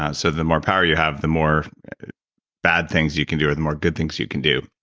ah so, the more power you have the more bad things you can do or the more good things you can do.